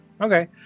Okay